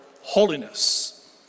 holiness